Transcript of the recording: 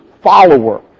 follower